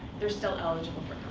they're still eligible for